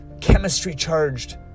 chemistry-charged